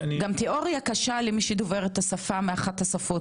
גם תיאוריה קשה למי שדובר את השפה מאחת השפות.